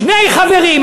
שני חברים,